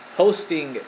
hosting